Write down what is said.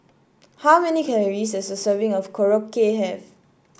how many calories does a serving of Korokke have